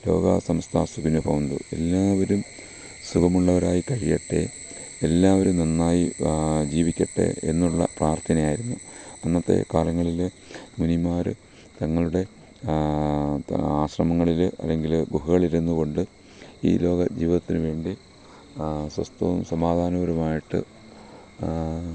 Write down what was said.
ലോകാ സമസ്ത സുഖിനോ ഭവന്തു എല്ലാവരും സുഖമുള്ളവരായി കഴിയട്ടെ എല്ലാവരും നന്നായി ജീവിക്കട്ടെ എന്നുള്ള പ്രാർത്ഥനയായിരുന്നു അന്നത്തെ കാലങ്ങളില് മുനിമാര് തങ്ങളുടെ ആശ്രമങ്ങളില് അല്ലെങ്കില് ഗുഹകളിലിരുന്നുകൊണ്ട് ഈ ലോക ജീവിതത്തിന് വേണ്ടി സ്വസ്ഥവും സമാധാനപരമായിട്ട്